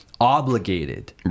obligated